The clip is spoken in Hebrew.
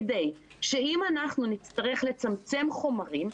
כדי שאם אנחנו נצטרך לצמצם חומרים,